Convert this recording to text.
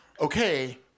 okay